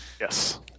Yes